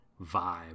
vibe